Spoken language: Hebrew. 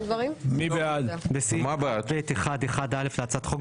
בסעיף 1(ב1)(1)(א) להצעת החוק,